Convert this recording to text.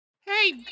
Hey